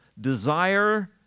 desire